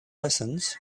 lessons